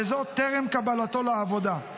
וזאת טרם קבלתו לעבודה,